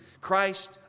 Christ